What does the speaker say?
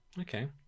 okay